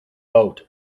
boat